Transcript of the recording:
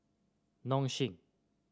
Nong Shim